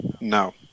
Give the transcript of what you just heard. No